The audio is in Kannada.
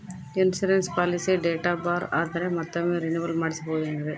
ಇನ್ಸೂರೆನ್ಸ್ ಪಾಲಿಸಿ ಡೇಟ್ ಬಾರ್ ಆದರೆ ಮತ್ತೊಮ್ಮೆ ರಿನಿವಲ್ ಮಾಡಿಸಬಹುದೇ ಏನ್ರಿ?